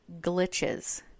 glitches